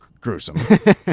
gruesome